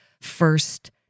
first